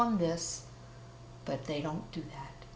on this but they don't do that